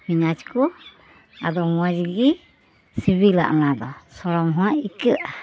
ᱯᱤᱭᱟᱡ ᱠᱚ ᱟᱫᱚ ᱢᱚᱡᱽ ᱜᱮ ᱥᱤᱵᱤᱞᱟ ᱚᱱᱟᱫᱚ ᱥᱚᱲᱚᱢ ᱦᱚᱸ ᱟᱹᱭᱠᱟᱹᱜᱼᱟ